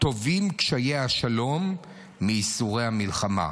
טובים קשיי השלום מייסורי המלחמה.